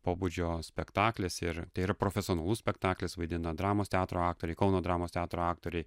pobūdžio spektaklis ir tai yra profesionalus spektaklis vaidina dramos teatro aktoriai kauno dramos teatro aktoriai